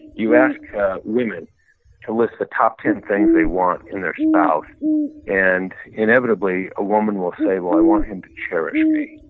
you ask women to list the top ten things they want in their spouse and inevitably, a woman will say, well, i want him to cherish me.